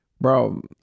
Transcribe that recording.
bro